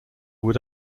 would